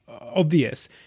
obvious